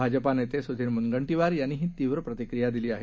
भाजपा नेते सुधीर मुनगं वार यांनीही तीव्र प्रतिक्रिया दिली आहे